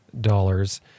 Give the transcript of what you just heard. dollars